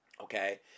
okay